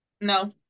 no